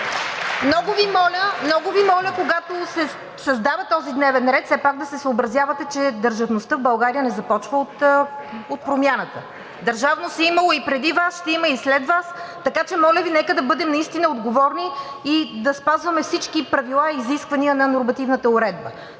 Много Ви моля, когато се създава този дневен ред, все пак да се съобразявате, че държавността в България не започва от Промяната – държавност е имало и преди Вас, ще има и след Вас. Така че, моля Ви, нека да бъдем отговорни и да спазваме всички правила и изисквания на нормативната уредба.